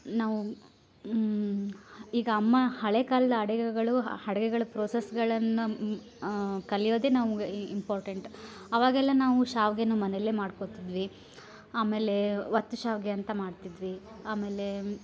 ನಾವು ಈಗ ನಮ್ಮ ಹಳೆ ಕಾಲದ ಅಡುಗೆಗಳು ಅಡುಗೆಗಳು ಪ್ರೊಸೆಸ್ಗಳನ್ನ ಕಲಿಯೋದೆ ನಮ್ಗೆ ಇಂಪಾರ್ಟೆಂಟ್ ಅವಾಗೆಲ್ಲ ನಾವು ಶ್ಯಾವಿಗೇನು ಮನೆಯಲ್ಲೇ ಮಾಡ್ಕೊತಿದ್ವಿ ಆಮೇಲೆ ಒತ್ತು ಶ್ಯಾವಿಗೆ ಅಂತ ಮಾಡ್ತಿದ್ವಿ ಆಮೇಲೆ